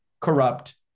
corrupt